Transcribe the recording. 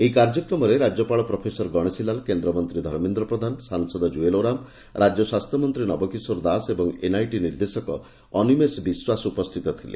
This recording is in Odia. ଏହି କାର୍ଯ୍ୟକ୍ରମରେ ରାକ୍ୟପାଳ ପ୍ରଫେସର ଗଣେଶୀ ଲାଲ କେନ୍ଦ୍ରମନ୍ତୀ ଧର୍ମେନ୍ଦ୍ର ପ୍ରଧାନ ସାଂସଦ ଜୁଏଲ ଓରାମ୍ ରାଜ୍ୟ ସ୍ୱାସ୍ତ୍ୟମନ୍ତୀ ନବ କିଶୋର ଦାଶ ଏବଂ ଏନ୍ଆଇଟି ନିର୍ଦ୍ଦେଶକ ଅନୀମେଷ ବିଶ୍ୱାସ ଉପସ୍ଥିତ ଥିଲେ